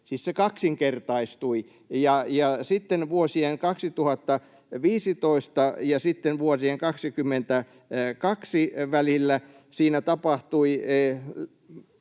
Siis se kaksinkertaistui. Sitten vuosien 2015 ja 2022 välillä siinä tapahtui